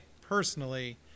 personally